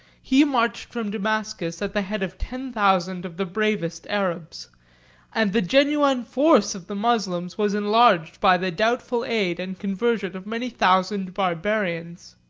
he marched from damascus at the head of ten thousand of the bravest arabs and the genuine force of the moslems was enlarged by the doubtful aid and conversion of many thousand barbarians.